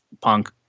Punk